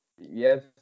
Yes